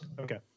Okay